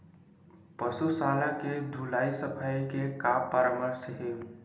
पशु शाला के धुलाई सफाई के का परामर्श हे?